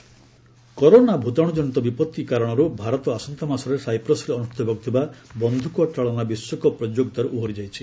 corona virus sports corona ଭୂତାଣୁ ଜନିତ ବିପତ୍ତି କାରଣରୁ ଭାରତ ଆସନ୍ତାମାସରେ ସାଇପ୍ରସରେ ଅନୁଷ୍ଠିତ ହେବାକୁ ଥିବା ବନ୍ଧୁକ ଚାଳନା ବିଶ୍ୱକପ୍ ପ୍ରତିଯୋଗିତାରୁ ଓହରି ଯାଇଛି